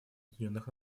объединенных